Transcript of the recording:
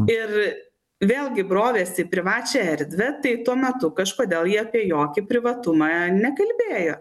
ir vėlgi brovėsi į privačią erdvę tai tuo metu kažkodėl jie apie jokį privatumą nekalbėjo